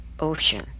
Ocean